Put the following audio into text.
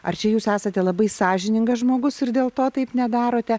ar čia jūs esate labai sąžiningas žmogus ir dėl to taip nedarote